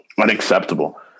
unacceptable